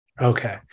Okay